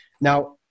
Now